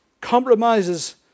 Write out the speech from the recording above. Compromises